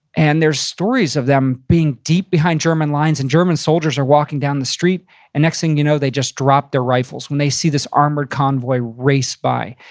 and there's stories of them being deep behind german lines and german soldiers are walking down the street and next thing you know, they just drop their rifles when they see this armored convoy race by.